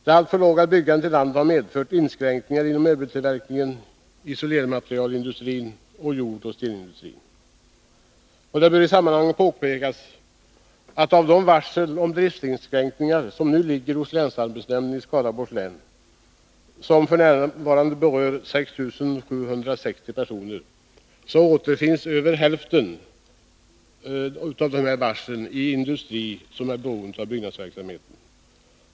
Det alltför låga byggandet i landet har medfört inskränkningar inom möbeltillverkningen, isolermaterialindustrin samt jordoch stenindustrin. Det bör i sammanhanget påpekas att över hälften av de varsei om driftsinskränkningar som nu ligger hos länsarbetsnämnden i Skaraborgs län, vilka f. n. berör 6 760 personer, återfinns i den industri som är beroende av byggnadsverksamheten.